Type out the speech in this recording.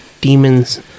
demons